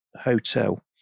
hotel